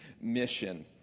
mission